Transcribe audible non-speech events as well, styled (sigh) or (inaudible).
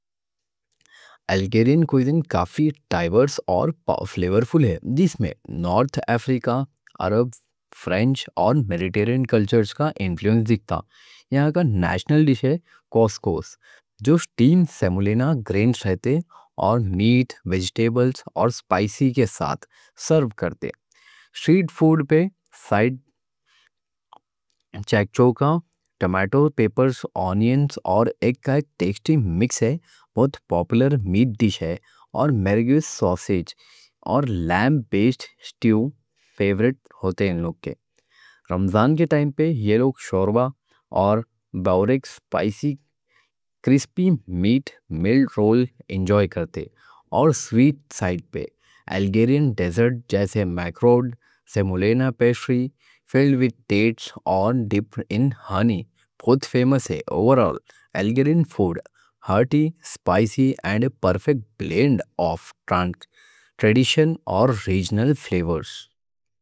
الگیرین کھانے کافی متنوع اور فلیورفُل رہتے، جن میں نارتھ افریقہ، عرب، فرنچ اور میڈیٹیرین کلچرز کا انفلوئنس نظر آتا۔ یہاں کا نیشنل ڈِش "کوسکوس" رہتا، جو سِٹیم سیمولینہ گرینز رہتے اور میٹ، ویجٹیبلز اور سپائسی کے ساتھ سرو کرتے۔ اسٹریٹ فوڈ پر (hesitation) "شک شوکا"، ٹومیٹو، پیپرز، آنینز کا ایک ٹیسٹی مکس رہتا۔ بہت پاپولر میٹ ڈِشز میں "میرگیز سوسیج" اور لیم بیسڈ سٹو فیورٹ رہتے۔ رمضان کے ٹائم پہ یہ لوگ "شوربہ" اور بوریک سپائسی کرسپی میٹ رول انجوائے کرتے، اور سویٹ سائٹ پہ الگیرین ڈیزرٹس جیسے "میکروڈ"، سیمولینہ پیسٹری فلڈ وِد ڈیٹس، ڈِپڈ اِن ہنی بہت فیمس رہتے۔ اوورال الگیرین فُوڈ ہارٹی، سپائسی اور پرفیکٹ بلینڈ آف ٹرڈیشن اور ریجنل فلیورز رہتا۔